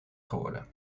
geworden